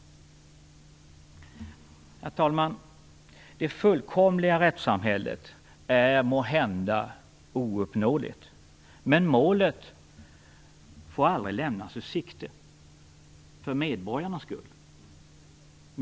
Herr talman! Det fullkomliga rättssamhället är måhända ouppnåeligt, men målet får aldrig lämnas ur sikte, för medborgarnas skull.